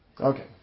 Okay